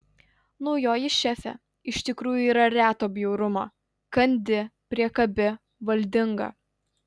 naujoji šefė iš tikrųjų yra reto bjaurumo kandi priekabi valdinga